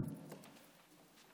אדוני היושב-ראש,